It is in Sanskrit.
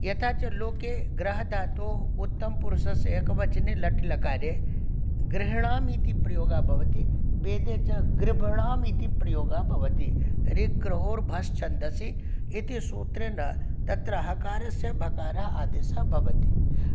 यथा च लोके ग्रह्धातोः उत्तमपुरुषस्य एकवचने लट् लकारे गृह्णामि इति प्रयोगः भवति वेदे च गृभणामि इति प्रयोगः भवति ऋग्रहोर्भस्छन्दसि इति सूत्रेण तत्र हकारस्य भकार आदेशः भवति